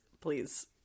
please